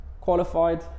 qualified